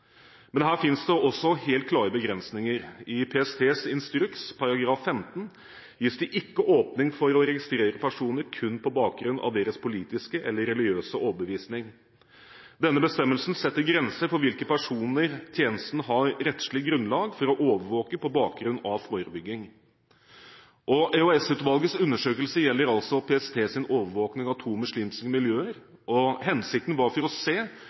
Men her finnes det også helt klare begrensninger. I PSTs instruks § 15 gis det ikke åpning for å registrere personer kun på bakgrunn av deres politiske eller religiøse overbevisning. Denne bestemmelsen setter grenser for hvilke personer tjenesten har rettslig grunnlag for å overvåke på bakgrunn av forebygging. EOS-utvalgets undersøkelser gjelder altså PSTs overvåkning av to muslimske miljøer, og hensikten var å se